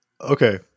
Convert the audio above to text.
Okay